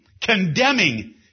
condemning